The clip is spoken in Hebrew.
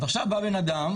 אז עכשיו בא בן אדם,